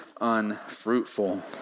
unfruitful